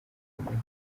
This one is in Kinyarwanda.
kamonyi